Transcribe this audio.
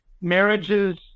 marriages